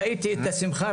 ראיתי את השמחה,